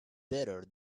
better